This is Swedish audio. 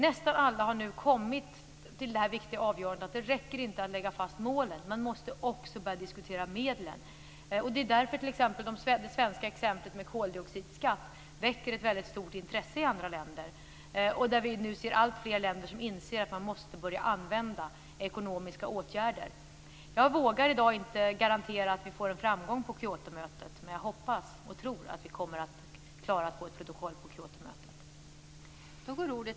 Nästan alla har nu kommit till det viktiga avgörandet att det inte räcker att fastlägga målet, man måste också börja diskutera medlen. Det är därför det svenska exemplet med koldioxidskatt väcker stort intresse i andra länder. Vi ser alltfler länder som inser att man måste börja använda ekonomiska åtgärder. Jag vågar inte i dag garantera att vi får framgång på Kyotomötet, men jag hoppas och tror att vi kommer att klara att få ett protokoll på Kyotomötet.